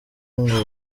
ngo